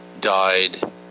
died